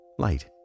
Light